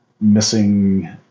missing